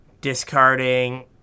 Discarding